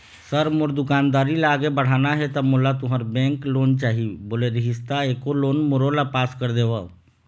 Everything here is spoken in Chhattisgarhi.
सर मोर दुकानदारी ला आगे बढ़ाना हे ता मोला तुंहर बैंक लोन चाही बोले रीहिस ता एको लोन मोरोला पास कर देतव?